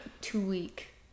two-week